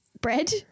Bread